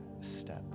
step